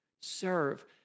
serve